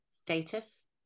status